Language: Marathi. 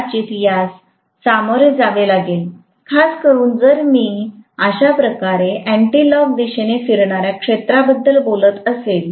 कदाचित यास सामोरे जावे लागेल खास करून जर मी अशा प्रकारे अँटि लॉक दिशेने फिरणार्या क्षेत्राबद्दल बोलत असेल